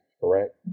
correct